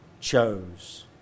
chose